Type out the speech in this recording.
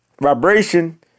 vibration